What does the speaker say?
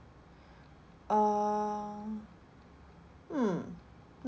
err mm